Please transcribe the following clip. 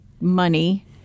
money